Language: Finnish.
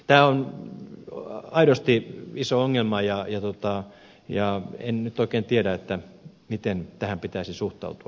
tämä on aidosti iso ongelma ja en nyt oikein tiedä miten tähän pitäisi suhtautua